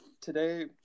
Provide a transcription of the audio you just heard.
Today